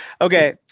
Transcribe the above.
Okay